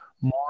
more